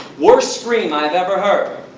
worse scream i have ever heard!